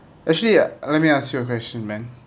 actually uh let me ask you a question man